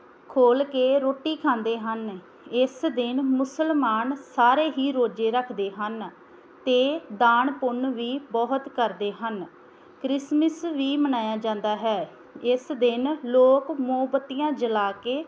ਖੋਲ੍ਹ ਕੇ ਰੋਟੀ ਖਾਂਦੇ ਹਨ ਇਸ ਦਿਨ ਮੁਸਲਮਾਨ ਸਾਰੇ ਹੀ ਰੋਜੇ ਰੱਖਦੇ ਹਨ ਅਤੇ ਦਾਨ ਪੁੰਨ ਵੀ ਬਹੁਤ ਕਰਦੇ ਹਨ ਕ੍ਰਿਸਮਿਸ ਵੀ ਮਨਾਇਆ ਜਾਂਦਾ ਹੈ ਇਸ ਦਿਨ ਲੋਕ ਮੋਮਬਤੀਆਂ ਜਲਾ ਕੇ